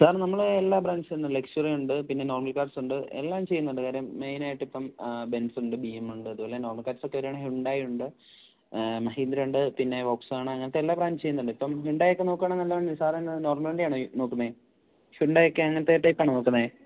sir നമ്മളെല്ലാ ബ്രാൻഡ്സുമുണ്ട് ലക്ഷ്വറിയുണ്ട് പിന്നെ നോർമൽ കാർസുമുണ്ട് എല്ലാം ചെയ്യുന്നുണ്ട് കാര്യം മെയിനായിട്ട് ഇപ്പം ബെൻസ് ഉണ്ട് ബി എം ഉണ്ട് അതുപോലെ നോർമൽ കാർസൊക്കെ വരികയാണെങ്കില് ഹുണ്ടായി ഉണ്ട് മഹീന്ദ്ര ഉണ്ട് പിന്നെ വോക്സ് വാഗൺ അങ്ങനത്തെ എല്ലാ ബ്രാൻഡ്സും ചെയ്യുന്നുണ്ട് ഇപ്പം ഹുണ്ടായിയൊക്കെ നോക്കുകയാണെങ്കില് നല്ല സാര് എന്താണ് നോർമൽ വണ്ടിയാണോ നോക്കുന്നത് ഹുണ്ടായ് അങ്ങനത്തെ ടൈപ്പാണോ നോക്കുന്നത്